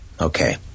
Okay